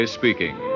speaking